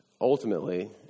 Ultimately